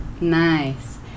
Nice